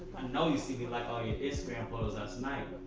know you see me like all your instagram photos last night,